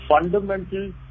fundamental